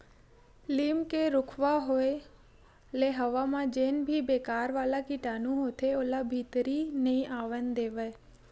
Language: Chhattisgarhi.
लीम के रूखवा होय ले हवा म जेन भी बेकार वाला कीटानु होथे ओला भीतरी नइ आवन देवय